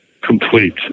complete